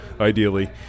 ideally